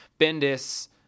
Bendis